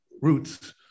roots